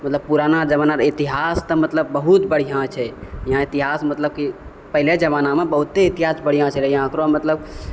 मतलब पुराना जमाना इतिहास तऽ मतलब बहुत बढ़िआँ छै यहाँ इतिहास मतलब की पहिले जमानामे बहुते इतिहास बढ़िआँ छलै यहाँ करो मतलब